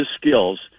skills